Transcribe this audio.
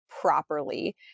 properly